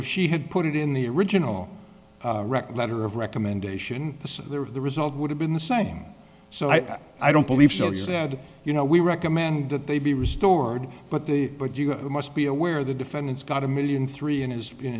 if she had put it in the original record letter of recommendation there of the result would have been the same so i i don't believe so sad you know we recommend that they be restored but the but you must be aware of the defendant's got a million three in his in